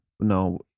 No